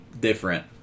different